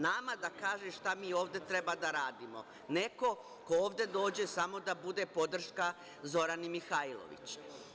Nama da kaže šta mi ovde treba da radimo neko ko ovde dođe samo da bude podrška Zorani Mihajlović.